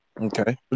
Okay